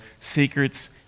secrets